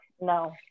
no